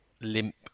Limp